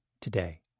today